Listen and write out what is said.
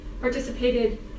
participated